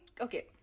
okay